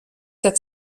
der